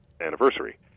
anniversary